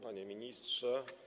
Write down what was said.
Panie Ministrze!